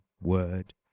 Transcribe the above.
word